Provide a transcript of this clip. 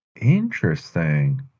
Interesting